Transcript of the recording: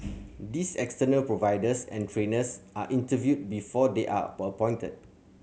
these external providers and trainers are interviewed before they are appointed